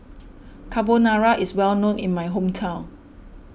Carbonara is well known in my hometown